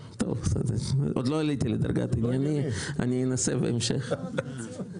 עוד לא עליתי לדרגת ענייני, אני אנסה בהמשך.